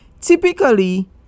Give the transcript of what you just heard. Typically